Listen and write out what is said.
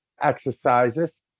exercises